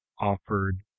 offered